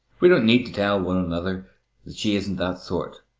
we don't need to tell one another that she isn't that sort.